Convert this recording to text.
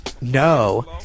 No